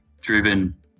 driven